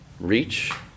reach